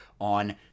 on